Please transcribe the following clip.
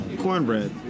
cornbread